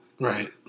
Right